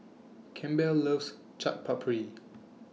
Campbell loves Chaat Papri